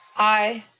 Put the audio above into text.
aye.